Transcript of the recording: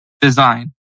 design